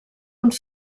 und